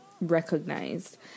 recognized